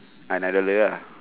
another layer